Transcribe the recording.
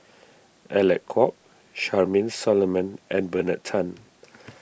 Alec Kuok Charmaine Solomon and Bernard Tan